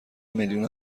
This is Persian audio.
میلیون